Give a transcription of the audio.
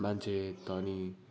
मान्छे धनी